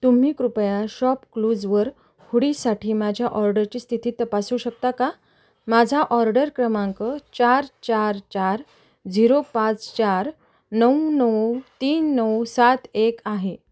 तुम्ही कृपया शॉपक्लूजवर हूडीसाठी माझ्या ऑर्डरची स्थिती तपासू शकता का माझा ऑर्डर क्रमांक चार चार चार झिरो पाच चार नऊ नऊ तीन नऊ सात एक आहे